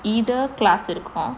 either class இருக்கும்:irukkum